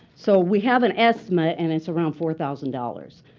so we have an estimate and it's around four thousand dollars.